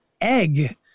egg